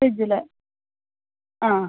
ஃபிரிட்ஜ்ஜில் ஆ